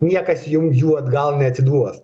niekas jum jų atgal neatiduos